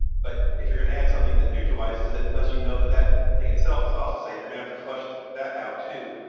but if you're gonna add something that neutralizes it, unless you know that that thing itself is also safe, you're gonna have to flush that out too.